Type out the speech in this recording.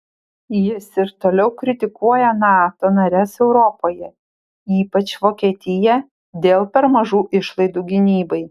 jis ir toliau kritikuoja nato nares europoje ypač vokietiją dėl per mažų išlaidų gynybai